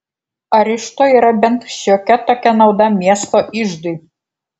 ar iš to yra bent šiokia tokia nauda miesto iždui